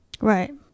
Right